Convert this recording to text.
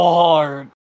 hard